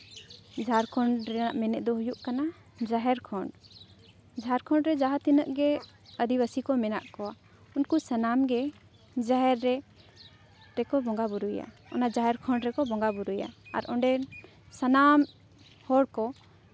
ᱡᱷᱟᱲᱠᱷᱚᱸᱰ ᱨᱮᱭᱟᱜ ᱢᱮᱱᱮᱫ ᱫᱚ ᱦᱩᱭᱩᱜ ᱠᱟᱱᱟ ᱡᱟᱦᱮᱨ ᱠᱷᱚᱸᱰ ᱡᱷᱟᱲᱠᱷᱚᱸᱰ ᱨᱮ ᱡᱟᱦᱟᱸ ᱛᱤᱱᱟᱹᱜ ᱜᱮ ᱟᱹᱫᱤᱵᱟᱹᱥᱤ ᱠᱚ ᱢᱮᱱᱟᱜ ᱠᱚ ᱩᱱᱠᱩ ᱥᱟᱱᱟᱢ ᱜᱮ ᱡᱟᱦᱮᱨ ᱨᱮᱠᱚ ᱵᱚᱸᱜᱟᱼᱵᱩᱨᱩᱭᱟ ᱚᱱᱟ ᱡᱟᱦᱮᱨ ᱠᱷᱚᱸᱰ ᱨᱮᱠᱚ ᱵᱚᱸᱜᱟᱼᱵᱩᱨᱩᱭᱟ ᱟᱨ ᱚᱸᱰᱮ ᱥᱟᱱᱟᱢ ᱦᱚᱲ ᱠᱚ